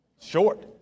Short